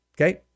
okay